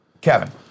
Kevin